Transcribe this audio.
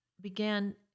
began